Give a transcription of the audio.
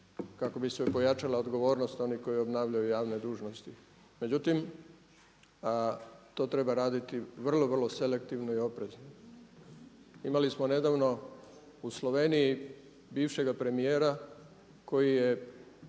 kako bi se pojačala odgovornost onih koji obnašaju javne dužnosti. Međutim, to treba raditi vrlo, vrlo selektivno i oprezno. Imali smo nedavno u Sloveniji bivšega premijera koji je